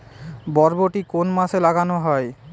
বরবটি কোন মাসে লাগানো হয়?